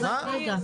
רגע.